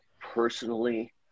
personally